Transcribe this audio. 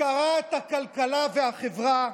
הפקרת הכלכלה והחברה,